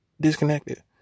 disconnected